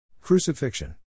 Crucifixion